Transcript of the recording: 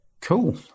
Cool